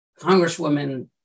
Congresswoman